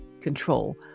control